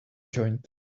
joint